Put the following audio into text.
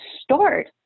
start